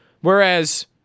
Whereas